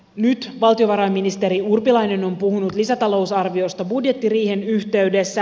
nyt valtiovarainministeri urpilainen on puhunut lisätalousarviosta budjettiriihen yhteydessä